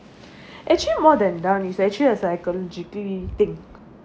actually more than done it's actually a psychologically thing